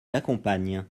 l’accompagne